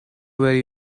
very